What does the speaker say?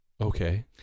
Okay